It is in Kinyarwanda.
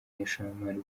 n’ishoramari